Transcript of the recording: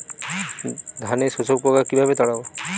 ধানে শোষক পোকা কিভাবে তাড়াব?